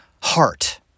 heart